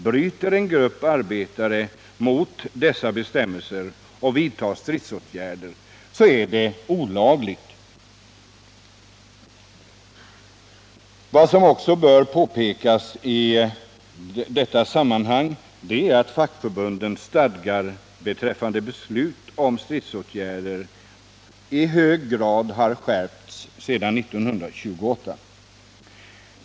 Bryter en grupp arbetare mot dessa bestämmelser och vidtar stridsåtgärder, så är det olagligt. Vad som också bör påpekas i detta sammanhang är att fackförbundens stadgar beträffande beslut om stridsåtgärder i hög grad har skärpts sedan 1928.